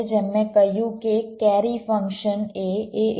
જેમ મેં કહ્યું કે કેરી ફંક્શન એ A